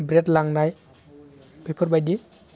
bread लांनाय बेफोरबायदि